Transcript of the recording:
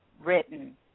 written